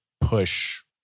push